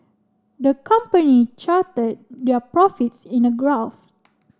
the company charted their profits in a graph